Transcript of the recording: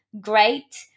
great